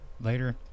later